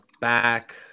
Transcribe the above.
back